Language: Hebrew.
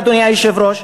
אדוני היושב-ראש,